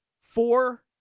four